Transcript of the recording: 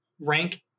rank